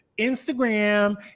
Instagram